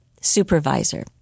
supervisor—